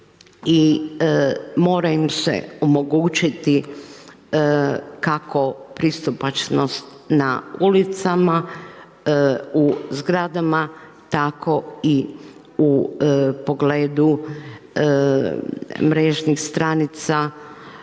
moram im se omogućiti kako pristupačnost na ulicama, u zgradama tako i u pogledu mrežnih stranica